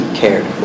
cared